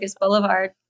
Boulevard